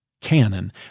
canon